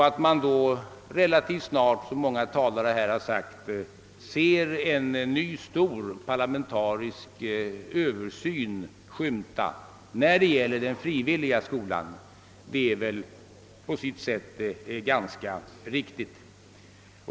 Att man då relativt snart, som många talare här har sagt, ser en ny stor parlamentarisk översyn skymta vad beträffar den frivilliga skolan är väl ganska riktigt.